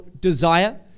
desire